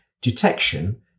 detection